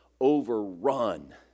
overrun